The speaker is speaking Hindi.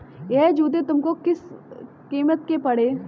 यह जूते तुमको किस कीमत के पड़े?